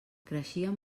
creixien